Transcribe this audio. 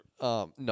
No